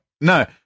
No